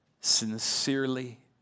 sincerely